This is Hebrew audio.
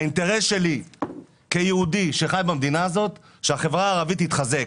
והאינטרס שלי כיהודי שחי במדינה הזאת הוא שהחברה הערבית תתחזק.